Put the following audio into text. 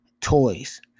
toys